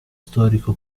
storico